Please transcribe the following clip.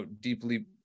deeply